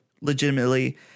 legitimately